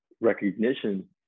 recognition